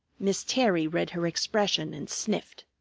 miss terry read her expression and sniffed.